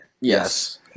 Yes